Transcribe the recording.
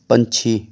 ਪੰਛੀ